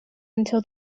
until